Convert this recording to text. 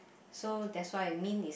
so that's why mint is